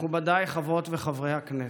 מכובדיי חברות וחברי הכנסת,